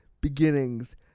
beginnings